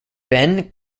ben